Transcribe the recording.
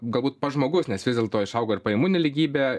galbūt pats žmogus nes vis dėlto išaugo ir pajamų nelygybė